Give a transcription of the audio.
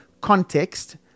context